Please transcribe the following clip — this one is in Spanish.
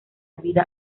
vida